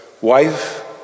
wife